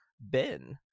ben